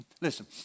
listen